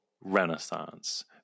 renaissance